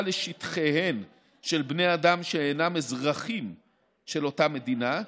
לשטחיהן של בני אדם שאינם אזרחים של אותה מדינה,